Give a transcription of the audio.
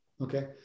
okay